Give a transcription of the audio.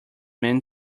man